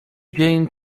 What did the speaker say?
dzień